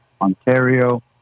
Ontario